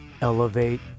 elevate